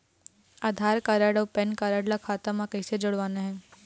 आधार card अऊ PAN card ला खाता म कइसे जोड़वाना हे?